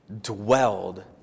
dwelled